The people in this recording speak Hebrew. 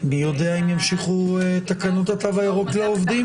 מי יודע אם ימשיכו תקנות התו הירוק לעובדים?